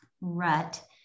rut